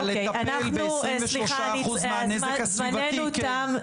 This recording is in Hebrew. אבל לטפל ב-23% מהנזק הסביבתי, כן.